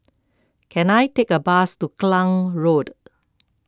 can I take a bus to Klang Road